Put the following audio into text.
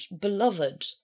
beloved